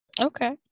Okay